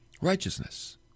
righteousness